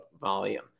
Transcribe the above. volume